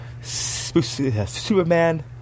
superman